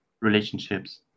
relationships